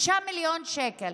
6 מיליון שקלים.